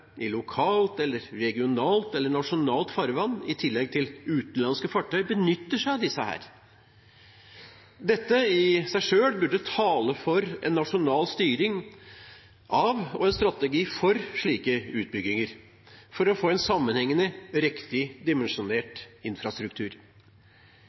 i lokalt, regionalt eller nasjonalt farvann – i tillegg til utenlandske fartøy – benytter seg av disse. Dette i seg selv burde tale for en nasjonal styring av og en strategi for slike utbygginger for å få en sammenhengende, riktig